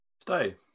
Stay